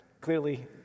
Clearly